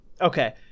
Okay